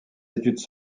études